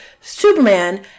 Superman